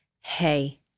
Hey